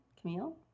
Camille